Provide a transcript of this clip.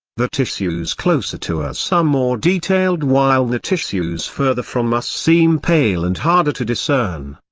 the tissues closer to us are more detailed while the tissues further from us seem pale and harder to discern.